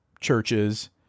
churches